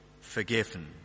forgiven